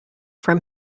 from